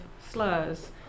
slurs